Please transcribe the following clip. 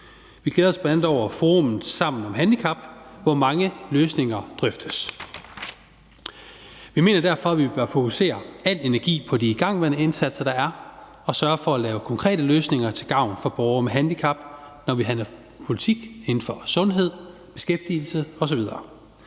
Vi glæder os bl.a. over forummet Sammen om handicap, hvor mange løsninger drøftes. Vi mener derfor, at vi bør fokusere al energi på de igangværende indsatser og sørge for at lave konkrete løsninger til gavn for borgere med handicap, når vi forhandler politik inden for sundhed, beskæftigelse osv.